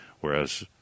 Whereas